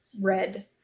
red